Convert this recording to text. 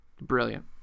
Brilliant